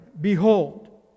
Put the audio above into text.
Behold